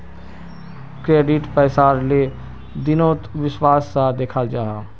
credit पैसार लें देनोत विश्वास सा दखाल जाहा